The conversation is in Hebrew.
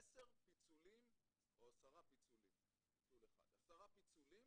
עשרה פיצולים